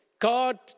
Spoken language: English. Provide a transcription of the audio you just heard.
God